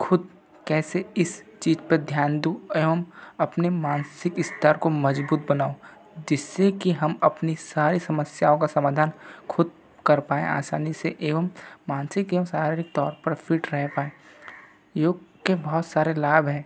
खुद कैसे इस चीज पर ध्यान दूँ एवं अपने मानसिक स्तर को मजबूत बनाऊं जिससे कि हम अपनी सारी समस्याओं का समाधान खुद कर पाए आसानी से एवं मानसिक एवं शारीरक तौर पर फिट रह पाए योग के बहुत सारे लाभ है